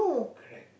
correct